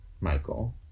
Michael